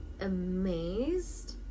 amazed